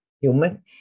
human